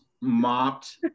mopped